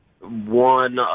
one